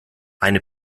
eine